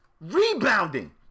rebounding